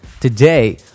Today